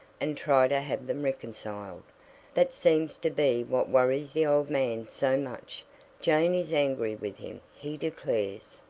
and try to have them reconciled that seems to be what worries the old man so much jane is angry with him, he declares.